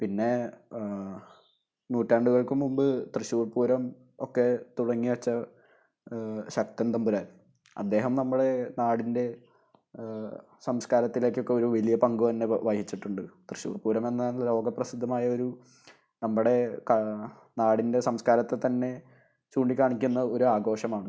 പിന്നേ നൂറ്റാണ്ടുകള്ക്കു മുമ്പ് തൃശ്ശൂര്പ്പൂരം ഒക്കെ തുടങ്ങിവെച്ച ശക്തന് തമ്പുരാന് അദ്ദേഹം നമ്മുടെ നാടിന്റെ സംസ്കാരത്തിലേക്കൊക്കെ ഒരു വലിയ പങ്കു തന്നെ വഹിച്ചിട്ടുണ്ട് തൃശ്ശൂര്പ്പൂരമെന്നാല് ലോക പ്രസിദ്ധമായൊരു നമ്മുടെ കാ നാടിന്റെ സംസ്കാരത്തെത്തന്നെ ചൂണ്ടിക്കാണിക്കുന്ന ഒരു ആഘോഷമാണ്